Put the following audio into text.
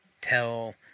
tell